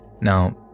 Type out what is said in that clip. Now